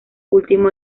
último